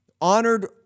honored